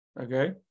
Okay